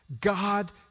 God